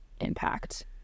impact